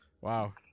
Wow